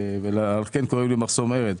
לכן קוראים לי מחסום ארז.